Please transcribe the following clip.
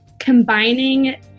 combining